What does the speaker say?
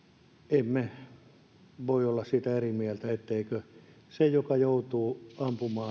emme voi olla siitä eri mieltä että se joka joutuu ampuma